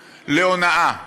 להונאה,